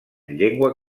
llengua